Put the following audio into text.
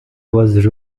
was